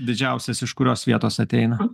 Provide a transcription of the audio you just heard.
didžiausias iš kurios vietos ateina